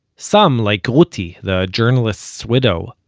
some, like ruti, the journalist's widow,